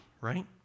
right